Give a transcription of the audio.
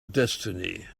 destiny